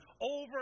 over